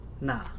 Nah